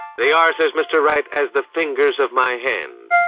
they are, says mr. wright, as the fingers of my hand.